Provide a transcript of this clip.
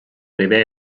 deve